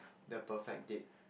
the perfect date